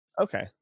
Okay